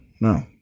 no